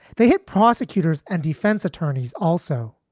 they had prosecutors and defense attorneys also.